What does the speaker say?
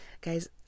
guys